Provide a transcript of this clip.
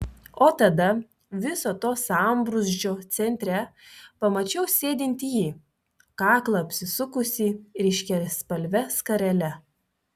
o tada viso to sambrūzdžio centre pamačiau sėdint jį kaklą apsisukusį ryškiaspalve skarele